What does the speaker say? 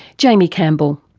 jaimie campbell.